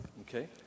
okay